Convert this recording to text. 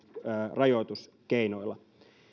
rajoituskeinoilla